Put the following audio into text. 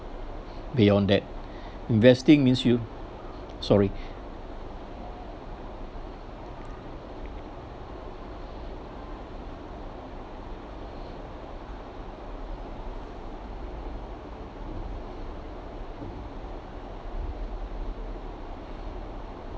based on that investing means you sorry